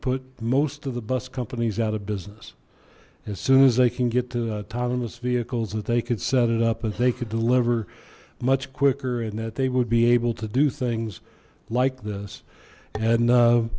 put most of the bus companies out of business as soon as they can get to autonomous vehicles that they could set it up but they could deliver much quicker and that they would be able to do things like this and